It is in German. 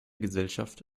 gesellschaft